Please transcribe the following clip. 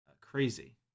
Crazy